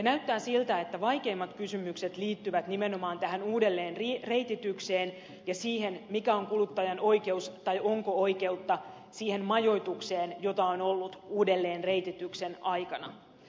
näyttää siltä että vaikeimmat kysymykset liittyvät nimenomaan tähän uudelleenreititykseen ja siihen mikä on kuluttajan oikeus tai onko oikeutta siihen majoitukseen jota on ollut uudelleenreitityksen aikana